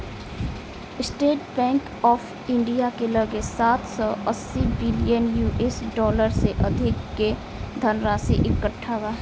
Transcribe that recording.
estate Bank of India के लगे सात सौ अस्सी बिलियन यू.एस डॉलर से अधिक के धनराशि इकट्ठा बा